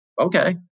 okay